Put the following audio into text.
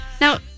Now